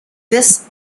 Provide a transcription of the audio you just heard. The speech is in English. this